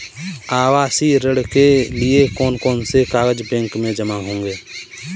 आवासीय ऋण के लिए कौन कौन से कागज बैंक में जमा होंगे?